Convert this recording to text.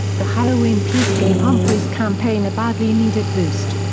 the halloween peace gave humphrey's campaign a badly needed boost.